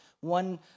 one